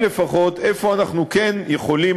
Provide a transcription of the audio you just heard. כשיעשו,